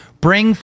bring